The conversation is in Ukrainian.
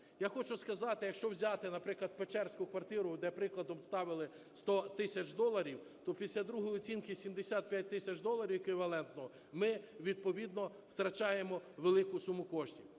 Я хочу сказати, якщо взяти, наприклад, печерську квартиру, де прикладом ставили 100 тисяч доларів, то після другої оцінки 75 тисяч доларів еквівалентно ми відповідно втрачаємо велику суму коштів.